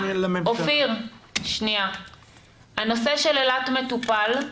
אופיר, הנושא של אילת מטופל.